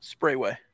Sprayway